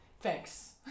thanks